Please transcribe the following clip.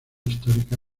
histórica